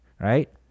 right